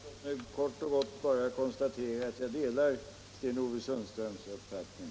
Herr talman! Låt mig kort och gott konstatera att jag delar Sten-Ove Sundströms uppfattning.